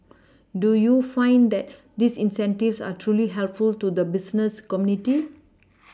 do you find that these incentives are truly helpful to the business community